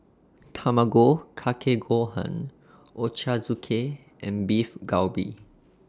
Tamago Kake Gohan Ochazuke and Beef Galbi